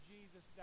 Jesus